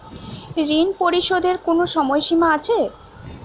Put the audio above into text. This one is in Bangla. ঋণ পরিশোধের কোনো সময় সীমা আছে?